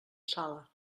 sala